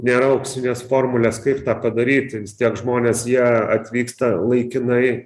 nėra auksinės formulės kaip tą padaryt vistiek žmonės jie atvyksta laikinai